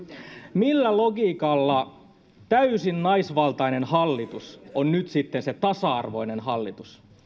millä logiikalla täysin naisvaltainen hallitus on nyt sitten se tasa arvoinen hallitus